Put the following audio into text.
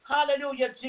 Hallelujah